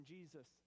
Jesus